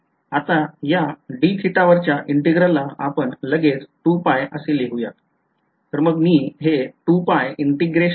आता या dθ वरच्या integral ला आपण लगेच 2∏ असे लिहुयात